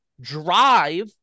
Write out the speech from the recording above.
drive